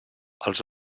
els